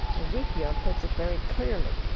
ezekiel puts it very clearly.